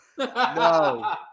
No